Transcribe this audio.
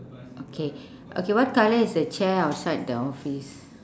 okay okay what colour is the chair outside the office